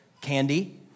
candy